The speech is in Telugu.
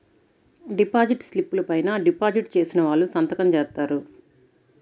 డిపాజిట్ స్లిపుల పైన డిపాజిట్ చేసిన వాళ్ళు సంతకం జేత్తారు